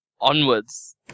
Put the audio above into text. Onwards